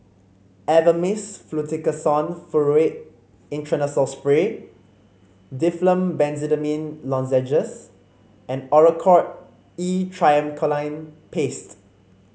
Avamys Fluticasone Furoate Intranasal Spray Difflam Benzydamine Lozenges and Oracort E Triamcinolone Paste